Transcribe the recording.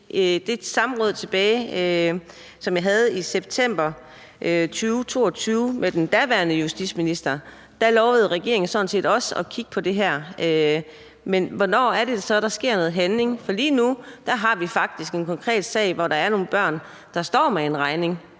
det samråd, som vi havde tilbage i september 2022 med den daværende justitsminister, lovede regeringen sådan set også at kigge på det her. Men hvornår er det så, der sker noget handling? For lige nu har vi faktisk en konkret sag med nogle børn, der står med en regning.